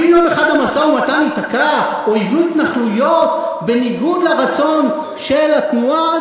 ואם יום אחד המשא-ומתן ייתקע או יבנו התנחלויות בניגוד לרצון של התנועה,